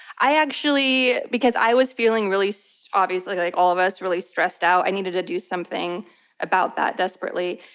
i actually, because i was feeling really, so obviously like all of us, really stressed out, i needed to do something about that desperately,